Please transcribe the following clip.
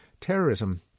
terrorism